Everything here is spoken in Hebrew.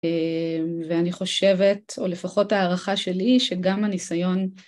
ואני חושבת, או לפחות הערכה שלי, שגם הניסיון